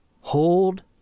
hold